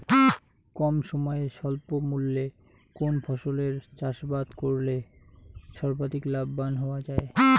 কম সময়ে স্বল্প মূল্যে কোন ফসলের চাষাবাদ করে সর্বাধিক লাভবান হওয়া য়ায়?